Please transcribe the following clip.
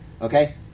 Okay